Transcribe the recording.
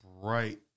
bright